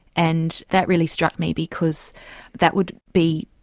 and that really struck me, because that would be,